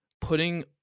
putting